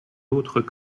autres